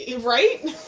right